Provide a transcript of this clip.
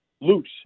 loose